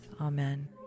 Amen